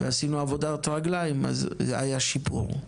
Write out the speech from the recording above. ועשינו עבודת רגליים היה שיפור.